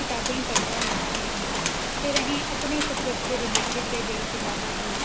कताबें ई पढ़ने दा मौका निं मिलेआ फ्ही असें अपने सब्जैक्ट दे रिलेटेड गै जेह्ड़ियां कताबां हि'यां